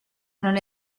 non